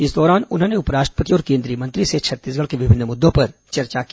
इस दौरान उन्होंने उप राष्ट्रपति और केंद्रीय मंत्री से छत्तीसगढ़ के विभिन्न मुद्दों पर चर्चा की